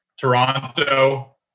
toronto